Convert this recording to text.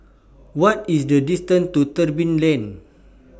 What IS The distance to Tebing Lane